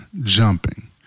jumping